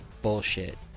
bullshit